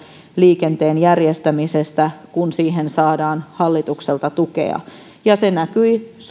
liikenteen järjestämisestä kun siihen saadaan hallitukselta tukea se näkyi